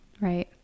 Right